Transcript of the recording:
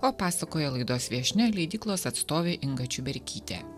o pasakoja laidos viešnia leidyklos atstovė inga čiuberkytė